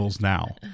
now